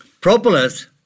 Propolis